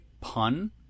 pun